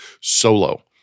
solo